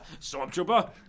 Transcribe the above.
Stormtrooper